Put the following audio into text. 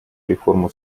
реформу